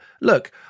Look